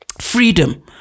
freedom